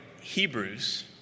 Hebrews